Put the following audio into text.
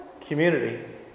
community